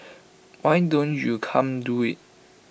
why don't you come do IT